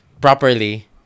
properly